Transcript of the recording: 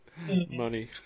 Money